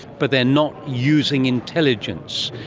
but they are not using intelligence.